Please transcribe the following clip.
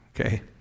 okay